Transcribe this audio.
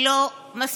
היא לא מספיקה.